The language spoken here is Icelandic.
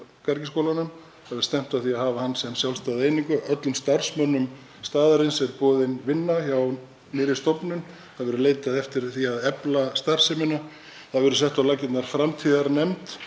Það verður stefnt að því að hafa hann sem sjálfstæða einingu. Öllum starfsmönnum staðarins er boðin vinna hjá nýrri stofnun. Það verður leitað eftir því að efla starfsemina. Það verður sett á laggirnar framtíðarnefnd